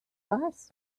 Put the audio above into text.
weiß